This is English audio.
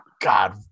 god